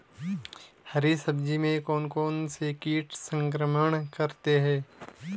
हरी सब्जी में कौन कौन से कीट संक्रमण करते हैं?